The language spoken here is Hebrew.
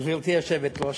גברתי היושבת-ראש,